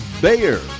Bayer